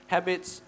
Habits